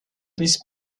this